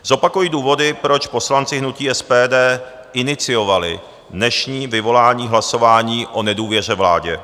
Zopakuji důvody, proč poslanci hnutí SPD iniciovali dnešní vyvolání hlasování o nedůvěře vládě.